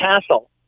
castle